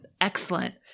Excellent